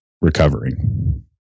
recovering